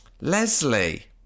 Leslie